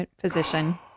position